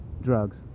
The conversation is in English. drugs